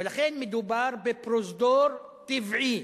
ולכן מדובר בפרוזדור טבעי,